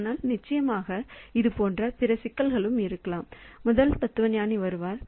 ஆனால் நிச்சயமாக இது போன்ற பிற சிக்கல்களும் இருக்கலாம் முதல் தத்துவஞானி வருவார்